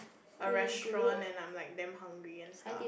a restaurant and like I'm damn hungry and stuff